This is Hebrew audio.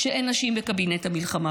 אין נשים בקבינט המלחמה,